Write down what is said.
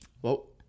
Whoa